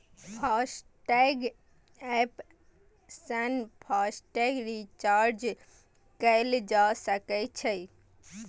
FASTag app सं FASTag recharge कैल जा सकै छै